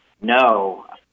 No